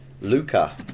Luca